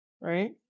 right